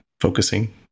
focusing